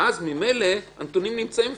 ואז ממילא הנתונים נמצאים.